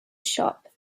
shop